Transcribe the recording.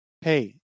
hey